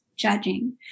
judging